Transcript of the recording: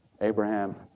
Abraham